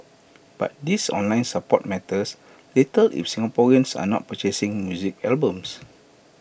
but this online support matters little if Singaporeans are not purchasing music albums